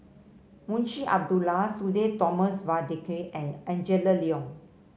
Munshi Abdullah Sudhir Thomas Vadaketh and Angela Liong